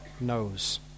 knows